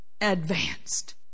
advanced